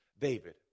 David